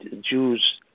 Jews